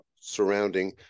surrounding